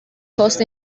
cost